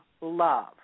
love